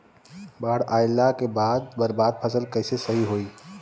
बाढ़ आइला के बाद बर्बाद फसल कैसे सही होयी?